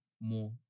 more